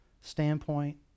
standpoint